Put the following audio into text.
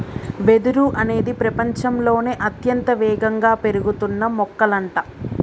వెదురు అనేది ప్రపచంలోనే అత్యంత వేగంగా పెరుగుతున్న మొక్కలంట